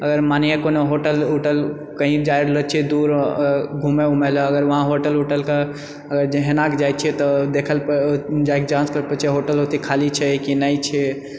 अगर मानऐ कोनो होटल उटल कही जाए रहलो छिऐ दूर घुमए उमए लऽ अगर वहाँ होटल उटलके अगर जाए छिऐ तऽ जाए होटल खाली छै कि नहि छै